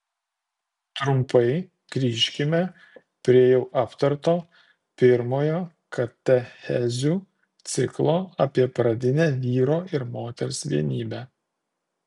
trumpai grįžkime prie jau aptarto pirmojo katechezių ciklo apie pradinę vyro ir moters vienybę